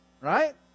right